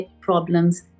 problems